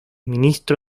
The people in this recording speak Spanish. ministro